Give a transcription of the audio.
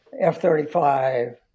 F-35